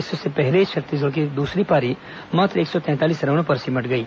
इससे पहले छत्तीसगढ़ की दूसरी पारी मात्र एक सौ तैंतालीस रनों पर सिमट गई